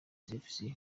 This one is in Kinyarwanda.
televiziyo